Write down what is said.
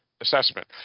assessment